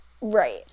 Right